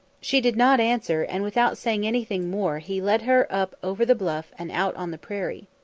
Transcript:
she did not answer, and without saying anything more he led her up over the bluff and out on the prairie.